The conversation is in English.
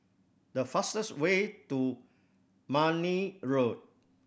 the fastest way to Marne Road